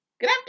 Good